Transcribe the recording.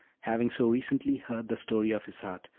having so recently heard the story of isarte,